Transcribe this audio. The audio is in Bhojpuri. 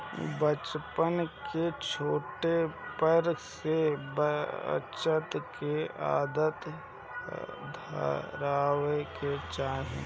बच्चन के छोटे पर से बचत के आदत धरावे के चाही